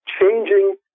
changing